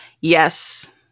Yes